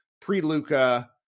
Pre-Luca